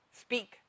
Speak